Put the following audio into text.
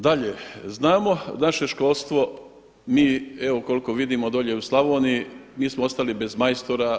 Dalje znamo naše školstvo, mi evo koliko vidimo dolje u Slavoniji mi smo ostali bez majstora.